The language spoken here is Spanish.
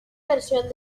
versión